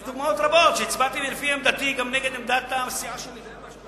יש דוגמאות רבות שהצבעתי לפי עמדתי גם נגד עמדת הסיעה שלי.